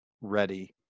ready